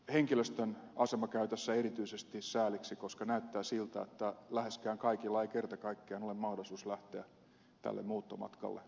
henkilöstön asema käy tässä erityisesti sääliksi koska näyttää siltä että läheskään kaikilla ei kerta kaikkiaan ole mahdollisuus lähteä tälle muuttomatkalle mukaan